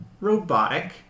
robotic